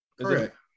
Correct